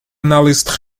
análise